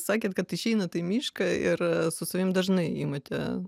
sakėt kad išeinat į mišką ir su savimi dažnai imate